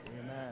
Amen